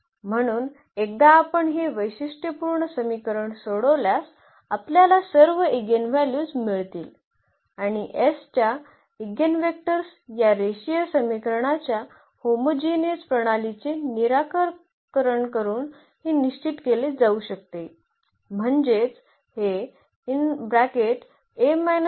म्हणून एकदा आपण हे वैशिष्ट्यपूर्ण समीकरण सोडवल्यास आपल्यास सर्व इगेनव्हल्यूज मिळतील आणि S च्या ईगेनवेक्टर्स या रेषीय समीकरणाच्या होमोजिनिअस प्रणालीचे निराकरण करून हे निश्चित केले जाऊ शकते म्हणजेच हे